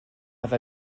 have